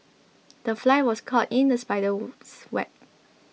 the fly was caught in the spider's web